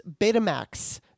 Betamax